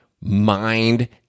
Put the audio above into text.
mind